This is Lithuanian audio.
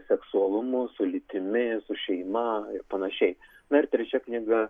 seksualumu su lytimi su šeima ir panašiai na ir trečia knyga